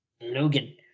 Logan